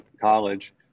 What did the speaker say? college